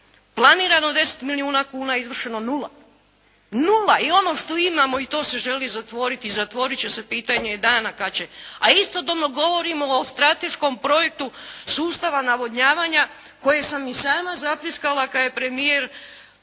Planirano 10 milijuna kuna, izvršeno nula. Nula. I ono što imamo i to se želi zatvoriti i zatvorit će se pitanje je dana. A istodobno govorimo o strateškom projektu sustava navodnjavanja koje sam i sama zapljeskala kada je premijer